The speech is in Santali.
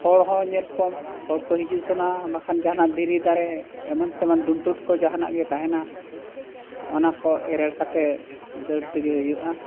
ᱦᱚᱲ ᱦᱚᱸ ᱧᱮᱞ ᱠᱚᱢ ᱦᱚᱲ ᱠᱚ ᱦᱤᱡᱩᱜ ᱥᱮᱱᱚᱜᱼᱟ ᱵᱟᱠᱷᱟᱱ ᱡᱟᱦᱟᱱᱟᱜ ᱫᱷᱤᱨᱤ ᱫᱟᱨᱮ ᱮᱢᱟᱱ ᱛᱮᱢᱟᱱ ᱰᱩᱢᱴᱩ ᱠᱚ ᱡᱟᱦᱟᱱᱟᱜ ᱜᱮ ᱛᱟᱦᱮᱱᱟ ᱚᱱᱟ ᱠᱚ ᱮᱨᱮᱲ ᱠᱟᱛᱮ ᱫᱟᱹᱲ ᱛᱮᱜᱮ ᱦᱩᱭᱩᱜᱼᱟ